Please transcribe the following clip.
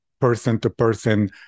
person-to-person